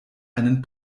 einen